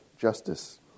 justice